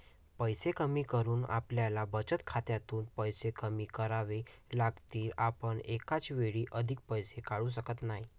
पैसे कमी करून आपल्याला बचत खात्यातून पैसे कमी करावे लागतील, आपण एकाच वेळी अधिक पैसे काढू शकत नाही